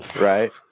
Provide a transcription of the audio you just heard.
right